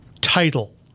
title